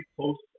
post